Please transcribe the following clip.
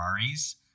Ferraris